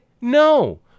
No